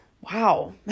Wow